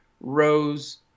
Rose